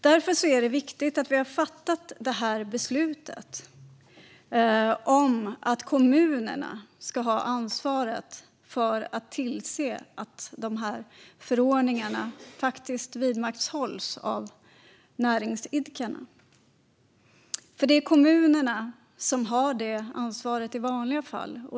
Det är därför viktigt att vi har fattat beslutet att kommunerna ska ha ansvar för att tillse att förordningarna vidmakthålls av näringsidkarna. Det är kommunerna som har detta ansvar i vanliga fall.